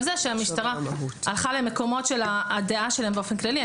זה שהמשטרה הלכה למקומות של הדעה שלה באופן כללי.